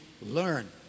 learn